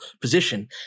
position